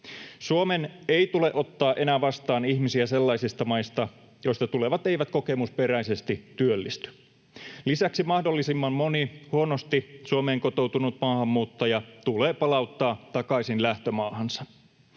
Suomen ei tule ottaa enää vastaan ihmisiä sellaisista maista, joista tulevat eivät kokemusperäisesti työllisty. Lisäksi mahdollisimman moni huonosti Suomeen kotoutunut maahanmuuttaja tulee palauttaa takaisin lähtömaahansa.